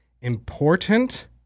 important